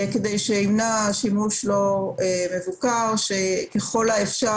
ימנע שימוש לא מבוקר שימנע ככל האפשר